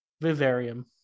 Vivarium